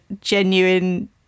genuine